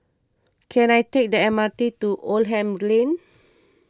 can I take the M R T to Oldham Lane